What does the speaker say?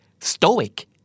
Stoic